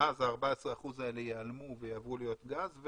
ואז ה-14% האלה ייעלמו ויעברו להיות גז,